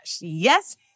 Yes